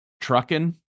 trucking